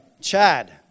Chad